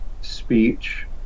speech